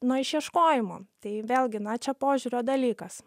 nuo išieškojimo tai vėlgi na čia požiūrio dalykas